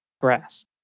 grass